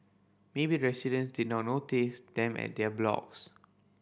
maybe the residents did not notice them at their blocks